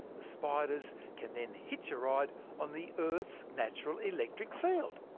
the spiders can then hitch a ride on the earth's natural electric field!